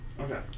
okay